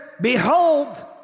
behold